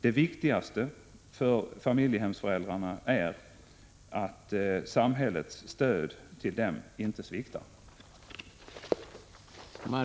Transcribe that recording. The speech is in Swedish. Det viktigaste för familjehemsföräldrarna är att samhällets stöd till dem inte sviktar.